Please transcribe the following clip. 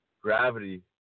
gravity